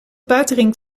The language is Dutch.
buitenring